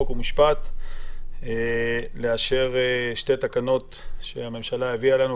חוק ומשפט כדי לאשר שתי תקנות שהממשלה הביאה לנו,